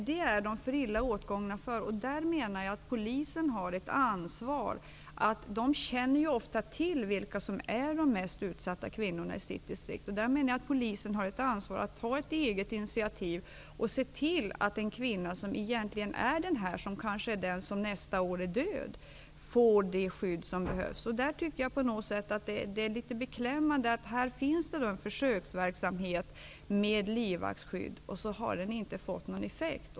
De är för illa åtgångna för det. Jag menar därför att polisen, som ofta känner till vilka som är de mest utsatta kvinnorna i sitt distrikt, har ett ansvar att ta ett eget initiativ och se till att en kvinna som kanske riskerar att dö, får det skydd som behövs. Jag tycker att det är litet beklämmande att det pågår en försöksverksamhet med livvaktsskydd men som inte har fått någon effekt.